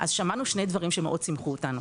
אז שמענו שני דברים שמאוד שימחו אותנו.